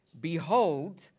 Behold